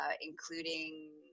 including